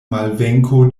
malvenko